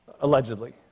allegedly